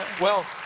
well,